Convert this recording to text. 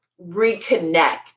reconnect